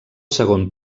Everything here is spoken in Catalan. segon